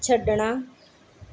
ਛੱਡਣਾ